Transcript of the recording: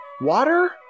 water